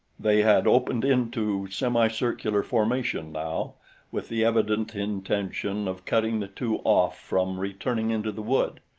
they had opened into semicircular formation now with the evident intention of cutting the two off from returning into the wood.